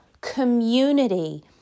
community